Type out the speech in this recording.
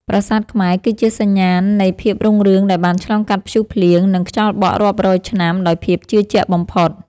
ប្រាសាទខ្មែរគឺជាសញ្ញាណនៃភាពរុងរឿងដែលបានឆ្លងកាត់ព្យុះភ្លៀង និង ខ្យល់បក់រាប់រយឆ្នាំដោយភាពជឿជាក់បំផុត។